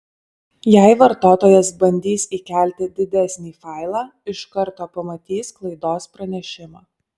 jei vartotojas bandys įkelti didesnį failą iš karto pamatys klaidos pranešimą